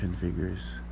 figures